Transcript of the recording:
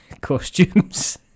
costumes